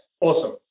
awesome